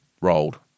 rolled